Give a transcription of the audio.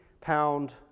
pound